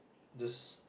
just